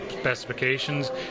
specifications